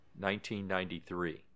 1993